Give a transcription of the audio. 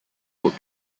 would